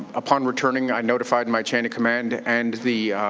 upon returning, i notified my chain of command, and the